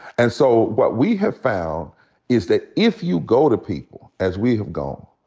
and so what we have found is that if you go to people, as we have gone,